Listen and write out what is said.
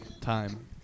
time